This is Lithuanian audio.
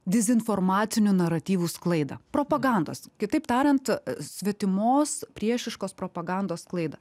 dezinformacinių naratyvų sklaidą propagandos kitaip tariant svetimos priešiškos propagandos sklaidą